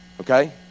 okay